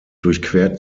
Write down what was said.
durchquert